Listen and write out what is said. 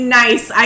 nice